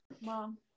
Mom